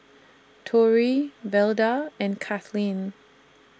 Torry Velda and Cathleen